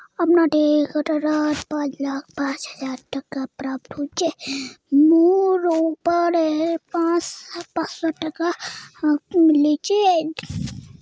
mulch लगा ल मिट्टीर नमीर संरक्षण, मिट्टीर उर्वरता बनाल रह छेक